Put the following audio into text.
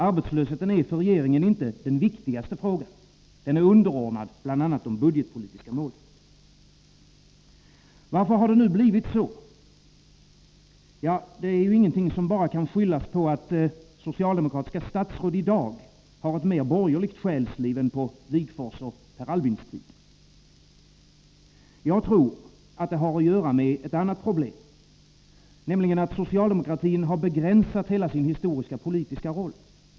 Arbetslösheten är för regeringen inte den viktigaste frågan. Den är underordnad bl.a. de budgetpolitiska målen. Varför har det blivit så? Det kan ju inte bara skyllas på att socialdemokratiska statsråd i dag har ett mer borgerligt själsliv än på Wigforss och Per Albins tid. Jag tror att det har att göra med ett annat problem, nämligen att socialdemokratin har begränsat hela sin historiska politiska roll.